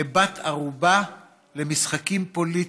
לבת ערובה במשחקים פוליטיים.